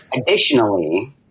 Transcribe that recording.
Additionally